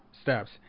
steps